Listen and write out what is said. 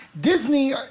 Disney